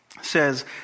says